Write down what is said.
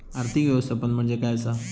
आर्थिक व्यवस्थापन म्हणजे काय असा?